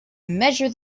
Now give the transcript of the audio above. measure